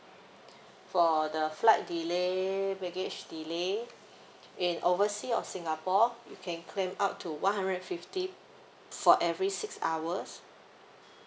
for the flight delay baggage delay in overseas or singapore you can claim up to one hundred and fifty for every six hours